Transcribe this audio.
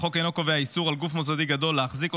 החוק אינו קובע איסור על גוף מוסדי גדול להחזיק או